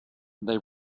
they